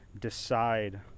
decide